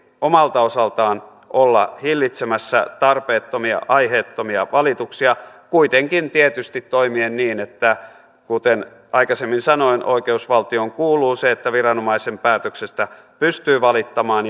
omalta osaltaan olla hillitsemässä tarpeettomia aiheettomia valituksia kuitenkin tulee tietysti toimia se huomioiden että kuten aikaisemmin sanoin oikeusvaltioon kuuluu se että viranomaisen päätöksestä pystyy valittamaan